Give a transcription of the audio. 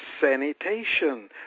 sanitation